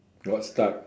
got stuck